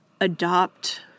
adopt